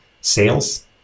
sales